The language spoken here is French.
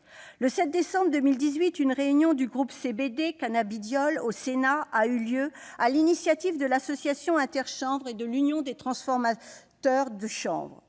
Le 7 décembre 2018, une réunion du groupe CBD- cannabidiol -a eu lieu au Sénat sur l'initiative de l'association InterChanvre et de l'Union des transformateurs de chanvre.